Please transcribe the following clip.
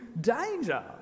danger